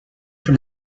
from